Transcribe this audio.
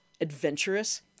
adventurous